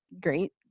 Great